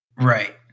Right